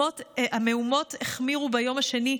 המהומות החמירו ביום השני,